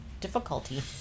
difficulty